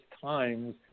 Times